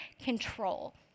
control